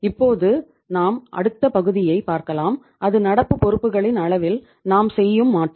இப்போது நாம் அடுத்த பகுதியை பார்க்கலாம் அது நடப்பு பொறுப்புகளின் அளவில் நாம் செய்யும் மாற்றம்